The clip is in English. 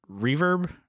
reverb